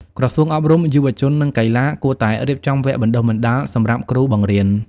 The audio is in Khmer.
ក្រសួងអប់រំ យុវជន និងកីឡា គួរតែរៀបចំវគ្គបណ្តុះបណ្តាលសម្រាប់គ្រូបង្រៀន។